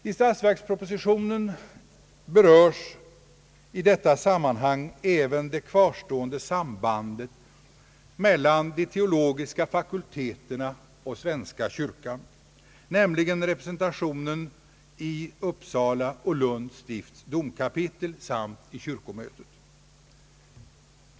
I statsverkspropositionen beröres i detta sammanhang även det kvarståen de sambandet mellan de teologiska fakulteterna och svenska kyrkan, nämligen representationen i Uppsala och Lunds stifts domkapitel samt i kyrkomötet.